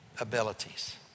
abilities